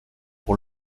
pour